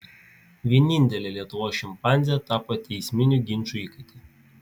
vienintelė lietuvos šimpanzė tapo teisminių ginčų įkaite